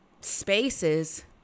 spaces